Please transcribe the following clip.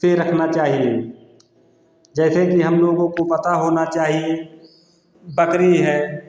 से रखना चाहिए जैसे कि हम लोगों को पता होना चाहिए बकरी है